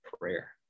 prayer